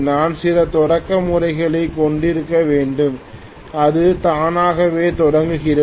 நாம் சில தொடக்க முறைகளைக் கொண்டிருக்க வேண்டும் அது தானாகவே தொடங்குகிறது